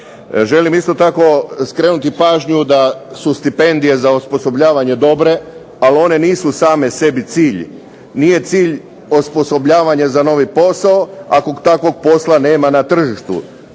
Želim isto tako skrenuti pažnju da su stipendije za osposobljavanje dobre, ali one nisu same sebi cilj. Nije cilj osposobljavanje za novi posao ako takvog posla nema na tržištu.